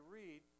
read